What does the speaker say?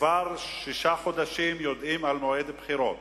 שכבר שישה חודשים יודעים על מועד הבחירות,